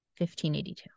1582